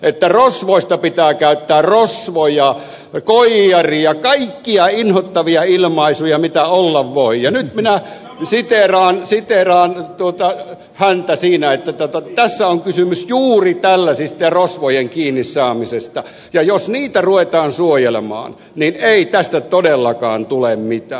että rosvoista pitää käyttää rosvo koijari ja kaikkia inhottavia ilmaisuja mitä olla voi ja nyt minä siteeraan häntä siinä tässä on kysymys juuri tällaisista rosvojen kiinni saamisesta ja jos niitä ruvetaan suojelemaan niin ei tästä todellakaan tule mitään